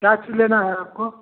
क्या ची लेना है आपको